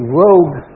rogue